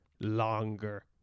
longer